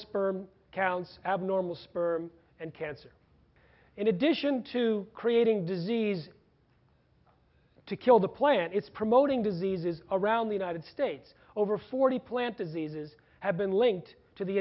sperm counts abnormal sperm and cancer in addition to creating disease to kill the plant it's promoting diseases around the united states over forty plant diseases have been linked to the